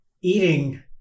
eating